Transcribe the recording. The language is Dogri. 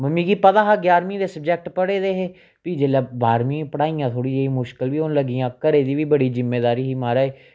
मिगी पता हा ञारमीं दे सब्जैक्ट पढ़े दे हे फ्ही जेल्लै बाह्रमीं पढ़ाइयां थोह्ड़ियां जेहियां मुश्कल बी होन लग्गियां घरै दी बी बड़ी जिम्मेदारी ही महाराज